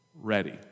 ready